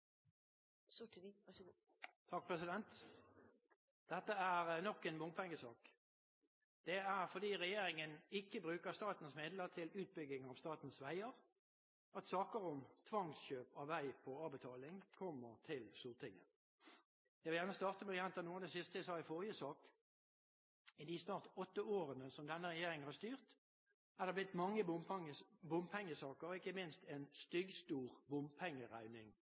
Stortinget. Jeg vil gjerne starte med å gjenta noe av det siste jeg sa i forrige sak: I de snart åtte årene som denne regjeringen har styrt, er det blitt mange bompengesaker, og ikke minst en styggstor bompengeregning